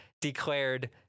declared